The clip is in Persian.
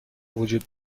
وجود